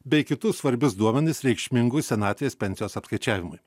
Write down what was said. bei kitus svarbius duomenis reikšmingus senatvės pensijos apskaičiavimui